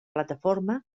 plataforma